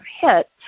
hit